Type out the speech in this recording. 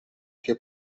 che